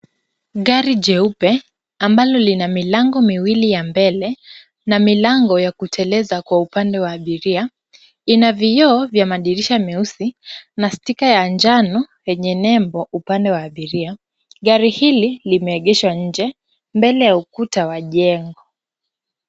Gari jeupe ambalo lina milango miwili ya mbele na milango ya kuteleza kwa upande wa abiria. Ina vioo vya madirisha meusi na stika ya njano yenye nembo upande wa abiria. Gari hili limeegeshwa nje mbele ya ukuta wa jengo.